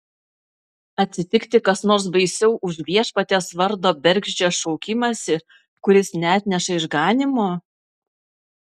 atsitikti kas nors baisiau už viešpaties vardo bergždžią šaukimąsi kuris neatneša išganymo